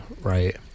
right